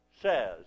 says